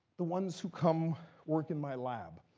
the ones who come work in my lab.